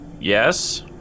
Yes